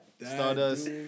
Stardust